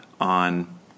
on